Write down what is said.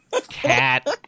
cat